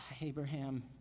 Abraham